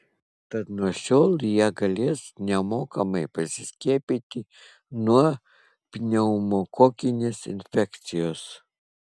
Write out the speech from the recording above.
tad nuo šiol jie galės nemokamai pasiskiepyti nuo pneumokokinės infekcijos